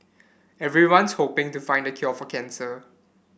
everyone's hoping to find the cure for cancer